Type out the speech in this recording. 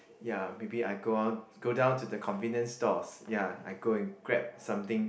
ya maybe I go on go down to the convenience stores ya I go and grab something